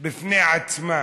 בפני עצמה.